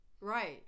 Right